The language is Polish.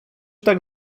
tak